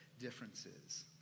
differences